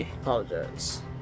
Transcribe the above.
apologize